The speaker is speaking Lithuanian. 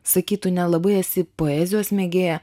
sakytų nelabai esi poezijos mėgėja